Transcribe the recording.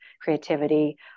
creativity